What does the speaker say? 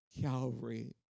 Calvary